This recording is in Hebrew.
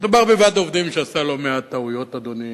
מדובר בוועד עובדים שעשה לא מעט טעויות, אדוני.